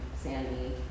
Sandy